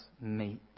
meet